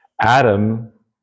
Adam